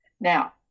Now